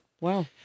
wow